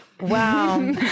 Wow